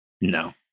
no